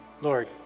Lord